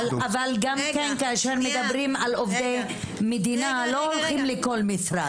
אבל כשמדברים על כל עובדי מדינה לא הולכים לכל משרד.